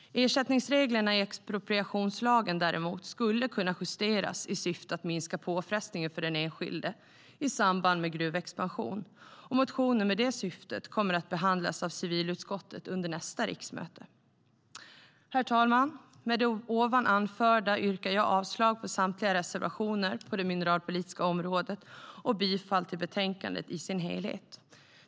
Ersättningsreglerna i expropriationslagen däremot skulle kunna justeras i syfte att minska påfrestningen för den enskilde i samband med gruvexpansion. Motioner med det syftet kommer att behandlas av civilutskottet under nästa riksmöte. Herr ålderspresident! Med det anförda yrkar jag avslag på samtliga reservationer på det mineralpolitiska området och bifall till utskottets förslag i betänkandet i dess helhet.